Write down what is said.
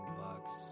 bucks